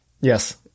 Yes